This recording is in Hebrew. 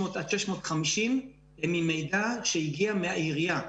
600 עד 650 הם ממידע שהגיע מהעירייה.